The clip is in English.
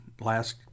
last